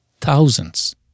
Thousands